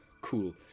cool